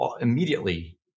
immediately